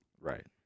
Right